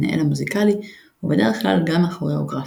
המנהל המוזיקלי ובדרך כלל גם הכוריאוגרף.